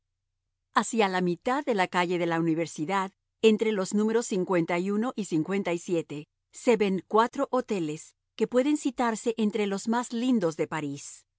hacia la mitad de la calle de la universidad entre los números y se ven cuatro hoteles que pueden citarse entre los más lindos de parís